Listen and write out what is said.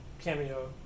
cameo